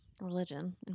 religion